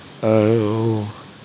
-oh